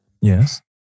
Yes